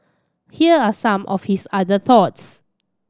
here are some of his other thoughts